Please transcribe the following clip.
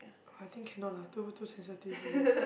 I think cannot lah too too sensitive already